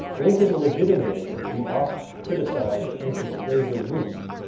lincoln legitimated the oft-criticized antislavery movement.